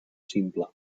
simple